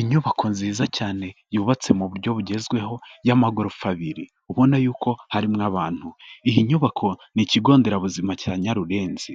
Inyubako nziza cyane, yubatse mu buryo bugezweho y'amagorofa abiri, Ubona y'uko harimo abantu. Iyi nyubako ni ikigo nderabuzima cya Nyarurenzi.